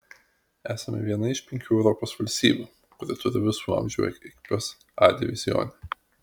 esame viena iš penkių europos valstybių kuri turi visų amžių ekipas a divizione